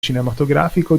cinematografico